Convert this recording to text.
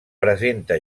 presenta